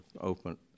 open